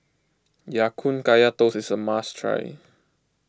Ya Kun Kaya Toast is a must try